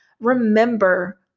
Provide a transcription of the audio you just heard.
remember